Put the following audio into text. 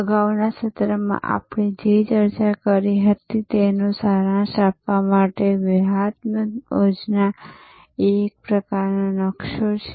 અગાઉના સત્રમાં આપણે જે ચર્ચા કરી હતી તેનો સારાંશ આપવા માટે વ્યૂહાત્મક યોજના એ એક પ્રકારનો નકશો છે